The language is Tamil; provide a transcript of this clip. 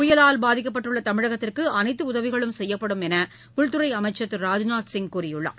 புயலால் பாதிக்கப்பட்டுள்ள தமிழகத்திற்கு அனைத்து உதவிகளும் செய்யப்படும் என்று உள்துறை அமைச்சர் திரு ராஜ்நாத் சிங் கூறியுள்ளார்